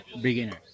Beginners